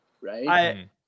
Right